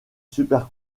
super